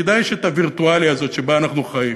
כדאי שאת הווירטואליה הזאת שבה אנחנו חיים,